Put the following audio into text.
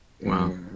Wow